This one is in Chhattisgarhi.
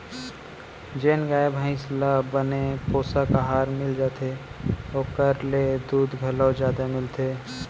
जेन गाय भईंस ल बने पोषन अहार मिल जाथे ओकर ले दूद घलौ जादा मिलथे